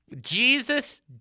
Jesus